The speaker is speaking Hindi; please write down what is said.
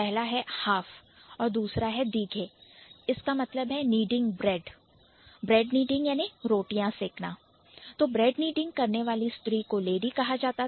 पहला है Half हाफ और दूसरा है Dighe इसका मतलब है Kneading Bread ब्रेड नीडिंग रोटी सेकना तो ब्रेड नीडिंग करने वाली स्त्री को लेडी कहां जाता था